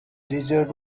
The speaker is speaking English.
desert